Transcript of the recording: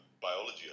biology